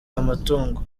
amatungo